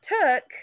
took